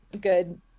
good